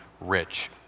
rich